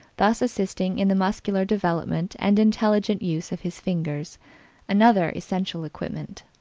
thus assisting in the muscular development and intelligent use of his fingers another essential equipment.